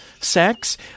sex